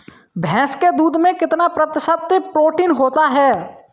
भैंस के दूध में कितना प्रतिशत प्रोटीन होता है?